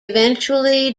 eventually